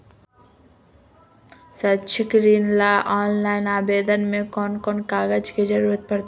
शैक्षिक ऋण ला ऑनलाइन आवेदन में कौन कौन कागज के ज़रूरत पड़तई?